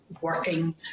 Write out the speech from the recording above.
working